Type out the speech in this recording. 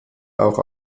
auch